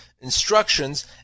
instructions